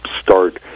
start